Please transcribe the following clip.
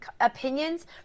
opinions